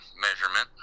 measurement